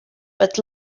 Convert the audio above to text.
but